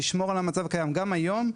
גם היום,